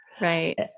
Right